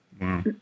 Wow